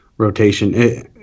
rotation